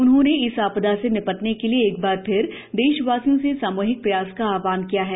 उन्होंने इस आपदा से निपटने के लिए एकबार फिर देशवासियों से सामुहिक प्रयास का आहवान किया है